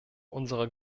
unserer